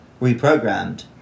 reprogrammed